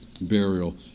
burial